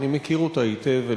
שאני מכיר אותה היטב,